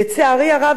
לצערי הרב,